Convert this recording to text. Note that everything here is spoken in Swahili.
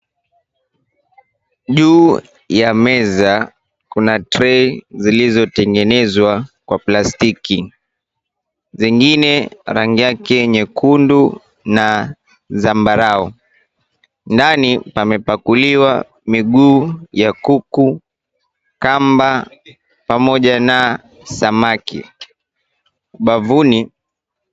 Juu ya meza kuna trei zilizotengenezwa kwa plastiki. Zingine rangi yake nyekundu na zambarau. Ndani pamepakuliwa miguu ya kuku kamba pamoja na samaki. Bavuni...